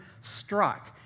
struck